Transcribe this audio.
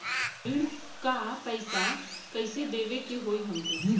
ऋण का पैसा कइसे देवे के होई हमके?